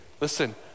Listen